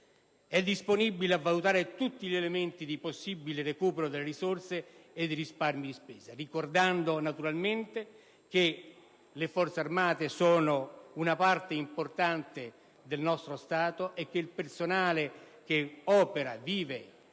è disponibile a valutare tutti gli elementi di possibile recupero delle risorse e di risparmio di spesa, ricordando naturalmente che le Forze armate sono una parte importante del nostro Stato e che il personale che opera, vive e